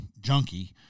junkie